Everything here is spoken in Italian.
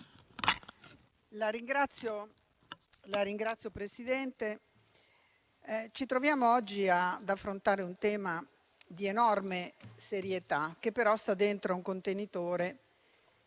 Signor Presidente, ci troviamo oggi ad affrontare un tema di enorme serietà, che però sta dentro un contenitore